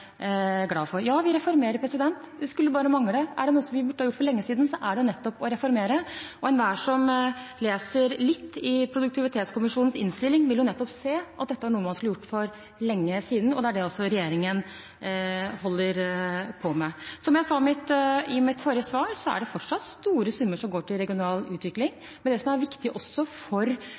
glad for. Ja, vi reformerer – det skulle bare mangle. Er det noe vi burde ha gjort for lenge siden, er det nettopp å reformere. Enhver som leser litt i produktivitetskommisjonens innstilling, vil nettopp se at dette er noe man skulle gjort for lenge siden, det er også det regjeringen holder på med. Som jeg sa i mitt forrige svar, er det fortsatt store summer som går til regional utvikling, men det som er viktig for hele landet, ikke minst den regionen som representanten er opptatt av, er å ha gode rammebetingelser for